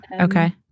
okay